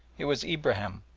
it was ibrahim,